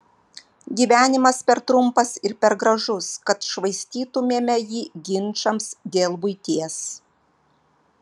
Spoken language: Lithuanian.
gyvenimas per trumpas ir per gražus kad švaistytumėme jį ginčams dėl buities